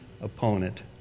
opponent